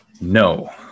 No